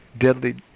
deadly